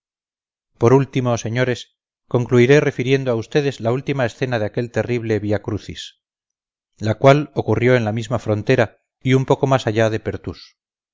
por último señores concluiré refiriendo a ustedes la última escena de aquel terrible via crucis la cual ocurrió en la misma frontera y un poco más allá de pertús